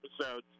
episodes